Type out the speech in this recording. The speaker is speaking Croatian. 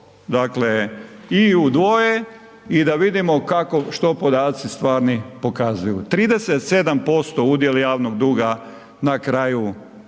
dakle i u dvoje i da vidimo što podaci stvari pokazuju. 37% udjel javnog duga na kraju,